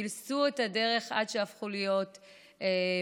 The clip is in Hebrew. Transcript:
פילסו את הדרך עד שהפכו להיות משפיעים.